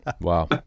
Wow